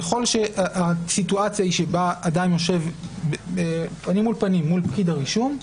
ככל שהסיטואציה היא שבה אדם יושב פנים מול פנים מול פקיד הרישום,